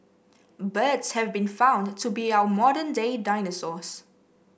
birds have been found to be our modern day dinosaurs